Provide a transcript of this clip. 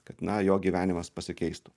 kad na jo gyvenimas pasikeistų